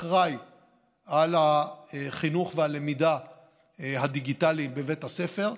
אחראי לחינוך והלמידה הדיגיטליים בבית הספר,